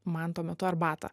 man tuo metu arbatą